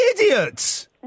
Idiots